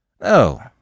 Oh